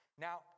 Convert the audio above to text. Now